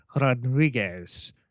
Rodriguez